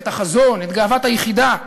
את החזון, את גאוות היחידה,